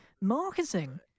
marketing